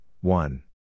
one